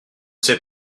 sais